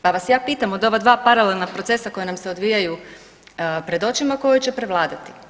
Pa ja vas pitam od ova dva paralelna procesa koja nam se odvijaju pred očima koji će prevladati.